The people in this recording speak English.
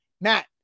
Matt